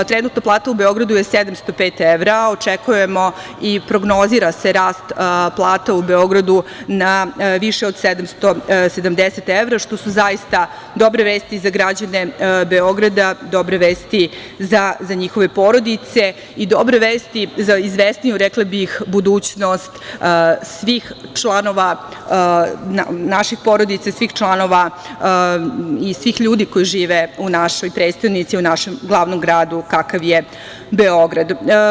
Trenutno plata u Beogradu je 705 evra, a očekujemo i prognoziramo da se rast plata u Beogradu na više od 770 evra, što su zaista dobre vesti za građane Beograda, dobre vesti za njihove porodice i dobre vesti za, rekla bih, izvesniju budućnost svih članova naših porodica i svih ljudi koji žive u našoj prestonici, u našem glavnom gradu kakav je Beograd.